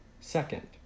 Second